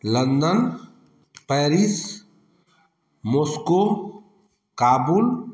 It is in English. London Paris Moscow Kabul